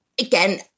again